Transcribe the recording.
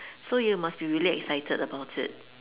so you must be really excited about it